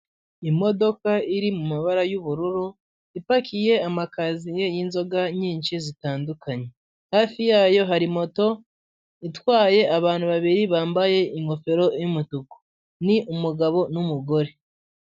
Imodoka iri mu mabara y’ubururu ipakiye amakaziye y’inzoga nyinshi zitandukanye. Hafi yayo, hari moto itwaye abantu babiri bambaye ingofero y’ umutuku, ni umugabo numugore.